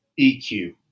eq